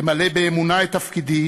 למלא באמונה את תפקידי